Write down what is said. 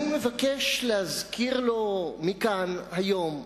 אני מבקש להזכיר לו מכאן היום,